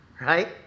Right